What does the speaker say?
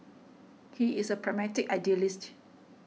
he is a pragmatic idealist